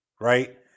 right